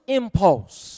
impulse